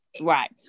right